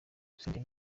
senderi